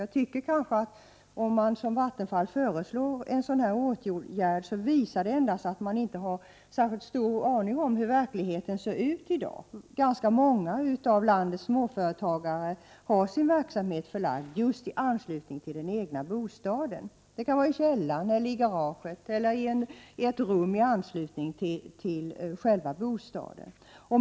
Jag tycker kanske att det, när man från Vattenfall föreslår en åtgärd av detta slag, endast visar att man inte har särskilt mycket aning om hur verkligheten ser ut i dag. Ganska många av landets småföretagare har sin verksamhet förlagd i anslutning till den egna bostaden. Det kan vara i källaren, i garaget eller i ett rum i anslutning till själva bostaden.